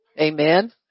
amen